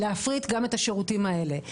להפריט גם את השירותים האלה.